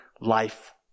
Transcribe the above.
life